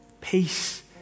Peace